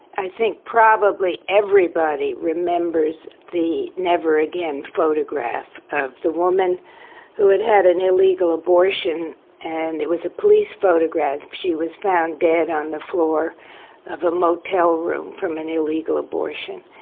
i think probably everybody remembers the never again photograph of the woman who had had an illegal abortion and it was a police photograph, she was found dead on the floor of a motel room from an illegal abortion,